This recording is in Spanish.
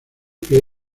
que